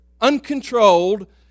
uncontrolled